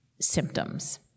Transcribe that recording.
symptoms